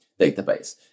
database